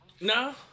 No